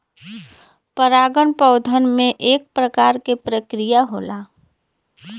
परागन पौधन में एक प्रकार क प्रक्रिया होला